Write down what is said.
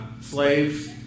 slaves